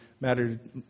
mattered